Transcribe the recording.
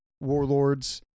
warlords